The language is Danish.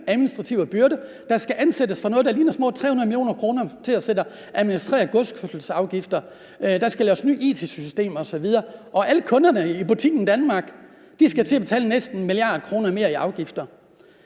administrative byrder. Der skal ansættes folk for noget, der ligner små 300 mio. kr., til at sidde at administrere godskørselsafgifter, der skal laves nye it-systemer osv., og alle kunderne i butikken Danmark skal til at betale næsten 1 mia. kr. mere i afgifter.